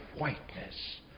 whiteness